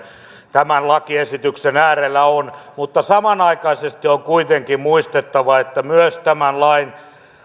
tämän lakiesityksen äärellä on mutta samanaikaisesti on kuitenkin muistettava että myös tämän lain